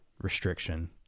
restriction